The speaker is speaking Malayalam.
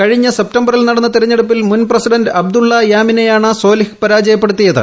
കഴിഞ്ഞ സെപ്റ്റംബറിൽ നടന്ന തെരഞ്ഞെടുപ്പിൽ മുൻ പ്രസിഡന്റ് അബ്ദുള്ള യാമിനെയാണ് സോലിഹ് പരാജയപ്പെടുത്തിയത്